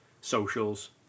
socials